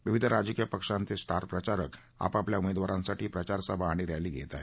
विविध राजकीय पक्षांचे स्टार प्रचारक आपापल्या उमेदवारांसाठी प्रचारसभा आणि रॅली घेत आहेत